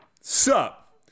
Sup